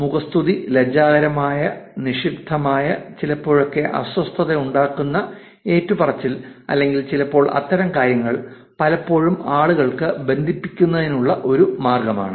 മുഖസ്തുതി ലജ്ജാകരമായ നിഷിദ്ധമായ ചിലപ്പോഴൊക്കെ അസ്വസ്ഥതയുണ്ടാക്കുന്ന ഏറ്റുപറച്ചിൽ അല്ലെങ്കിൽ ചിലപ്പോൾ അത്തരം കാര്യങ്ങൾ പലപ്പോഴും ആളുകൾക്ക് ബന്ധിപ്പിക്കുന്നതിനുള്ള ഒരു മാർഗമാണ്